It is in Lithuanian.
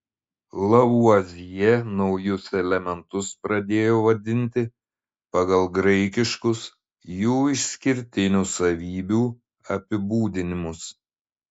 lavuazjė naujus elementus pradėjo vadinti pagal graikiškus jų išskirtinių savybių apibūdinimus